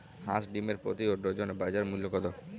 হাঁস ডিমের প্রতি ডজনে বাজার মূল্য কত?